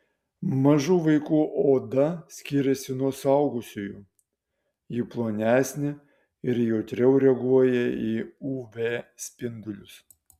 mažų vaikų oda skiriasi nuo suaugusiųjų ji plonesnė ir jautriau reaguoja į uv spindulius